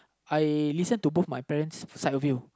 I listen to both my parents side view